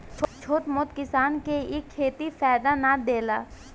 छोट मोट किसान के इ खेती फायदा ना देला